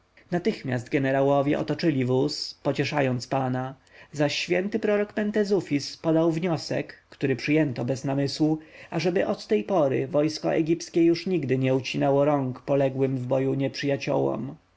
natychmiast jenerałowie otoczyli wóz pocieszając pana zaś święty prorok mentezufis podał wniosek który przyjęto bez namysłu ażeby od tej pory wojsko egipskie już nigdy nie ucinało rąk poległym w boju nieprzyjaciołom